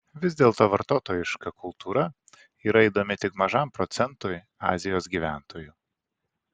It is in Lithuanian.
vis dėlto vartotojiška kultūra yra įdomi tik mažam procentui azijos gyventojų